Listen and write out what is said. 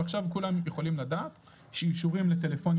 ועכשיו כולם יכולים לדעת שאישורים לטלפונים